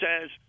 says